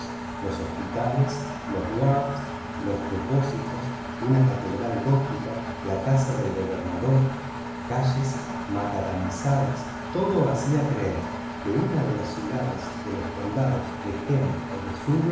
los hospitales los muelles los depósitos una catedral gótica la casa del gobernador calles macadamizadas todo haría creer que una de las ciudades de los condados de kent